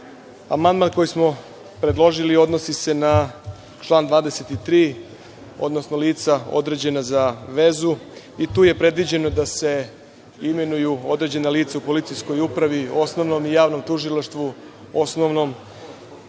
amandman koji smo predložili odnosi se na član 23. odnosno lica određena za vezu i tu je predviđeno da se imenuju određena lica u policijskoj upravi, osnovnom javnom tužilaštvu, osnovnom